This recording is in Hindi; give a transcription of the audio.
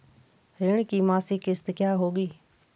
ऋण की मासिक किश्त क्या होगी?